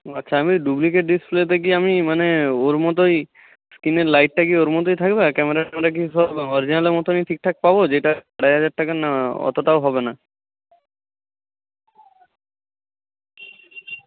ও আচ্ছা আমি ডুপ্লিকেট ডিসপ্লেতে কি আমি মানে ওর মতোই স্কিনের লাইটটা কি ওর মতোই থাকবে আর ক্যামেরা ট্যামেরা কি সব অরিজিনালের মতোনই ঠিকঠাক পাবো যেটা আড়াই হাজার টাকা না অতোটাও হবে না